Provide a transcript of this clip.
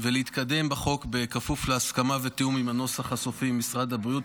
ולהתקדם בחוק בכפוף להסכמה ותיאום הנוסח הסופי עם משרד הבריאות.